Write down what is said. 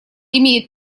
имеет